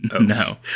No